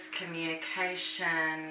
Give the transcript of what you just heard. communication